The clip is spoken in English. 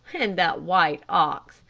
and that white ox,